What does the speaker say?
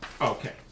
Okay